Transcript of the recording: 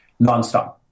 nonstop